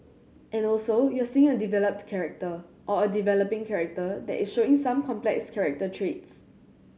and also you're seeing a developed character or a developing character that is showing some complex character traits